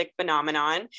phenomenon